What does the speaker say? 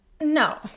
No